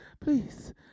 please